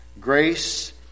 Grace